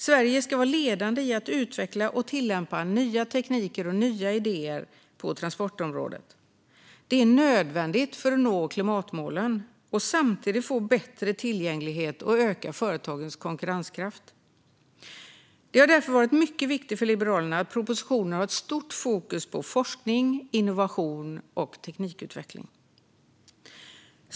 Sverige ska vara ledande i att utveckla och tillämpa nya tekniker och nya idéer på transportområdet. Det är nödvändigt för att nå klimatmålen och samtidigt få bättre tillgänglighet och öka företagens konkurrenskraft. Det har därför varit mycket viktigt för Liberalerna att det i propositionen är ett stort fokus på forskning, innovation och teknikutveckling.